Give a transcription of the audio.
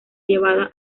llevada